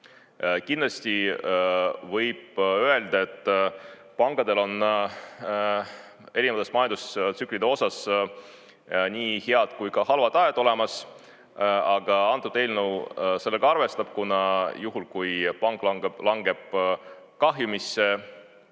Kindlasti võib öelda, et pankadel on erinevates majandustsükli osades nii head kui ka halvad ajad olemas. Aga antud eelnõu sellega arvestab, kuna juhul, kui pank langeb kahjumisse,